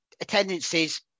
attendances